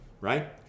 right